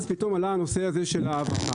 אז פתאום עלה הנושא הזה של האבקה.